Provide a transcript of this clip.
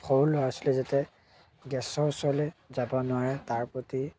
সৰু ল'ৰা ছোৱালী যাতে গেছৰ ওচৰলৈ যাব নোৱাৰে তাৰ প্ৰতি